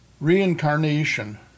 reincarnation